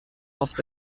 oft